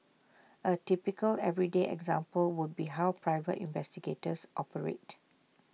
A typical everyday example would be how private investigators operate